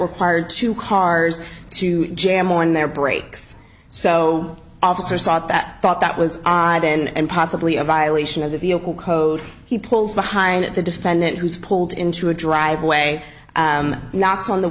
required two cars to jam on their brakes so officers thought that thought that was odd and possibly a violation of the vehicle code he pulls behind the defendant who's pulled into a driveway knock on the